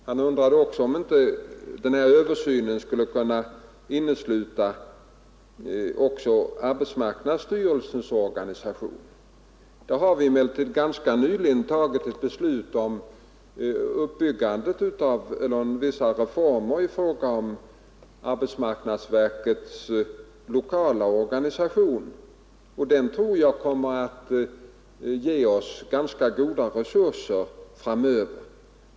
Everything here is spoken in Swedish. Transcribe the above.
Han undrade också om inte den utlovade översynen skulle kunna innesluta även arbetsmarknadsstyrelsens organisation. Vi har emellertid ganska nyligen tagit ett beslut om vissa reformer av arbetsmarknadsverkets lokala organisation, och det tror jag kommer att ge oss ganska goda resurser framöver.